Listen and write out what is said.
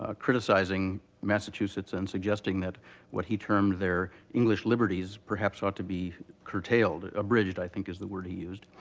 ah criticizing massachusetts and suggesting that what he termed their english liberties perhaps ought to be curtailed. abridged, i think is the word he used.